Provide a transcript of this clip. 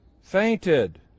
fainted